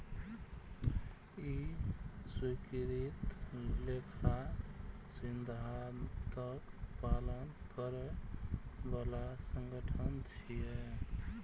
ई स्वीकृत लेखा सिद्धांतक पालन करै बला संगठन छियै